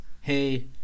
hey